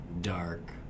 dark